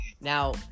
Now